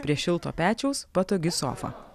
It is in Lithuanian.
prie šilto pečiaus patogi sofa